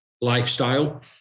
lifestyle